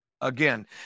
again